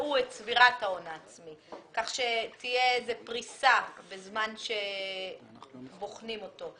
יקבעו את צבירת ההון העצמי כך שתהיה איזו פריסה בזמן שבוחנים אותו.